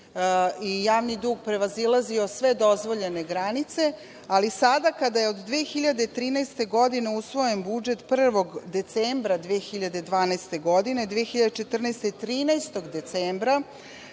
i javni dug prevazilazio sve dozvoljene granice, ali sada kada je od 2013. godine usvojen budžet 1. decembra 2012. godine, 2014. godine 13. decembra,